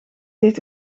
deed